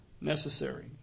necessary